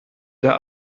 der